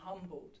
humbled